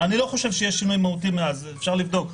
אני לא חושב שיש שינוי מהותי מאז, אפשר לבדוק.